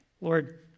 Lord